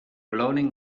beloning